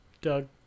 Doug